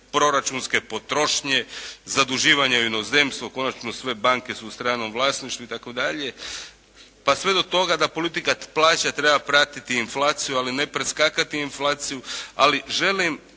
proračunske potrošnje, zaduživanje u inozemstvu, konačno sve banke su u stranom vlasništvu itd., pa sve do toga da politika plaća, treba pratiti inflaciju ali ne preskakati inflaciju. Ali želim